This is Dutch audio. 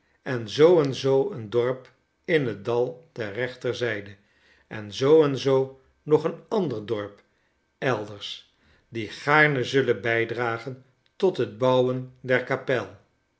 en zoo en zoo een dorp in het dal ter rechterzijde en zoo en zoo nog een ander dorp elders die gaarne zullen bijdragen tot het bouwen der kapel